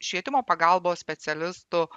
švietimo pagalbos specialistų